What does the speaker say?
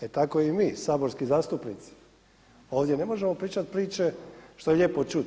Eto tako i mi saborski zastupnici ovdje ne možemo pričat priče što je lijepo čuti.